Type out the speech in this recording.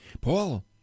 Paul